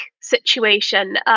situation